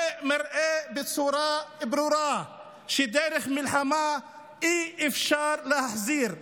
זה מראה בצורה ברורה שדרך מלחמה אי-אפשר להחזיר.